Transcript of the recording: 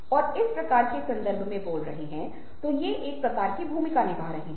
और यह रचनात्मकता के संदर्भ में बहुत प्रासंगिक भी होने जा रहा है